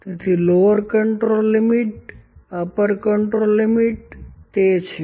તેથી lower control limit upper control limit તે છે